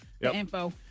info